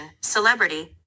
celebrity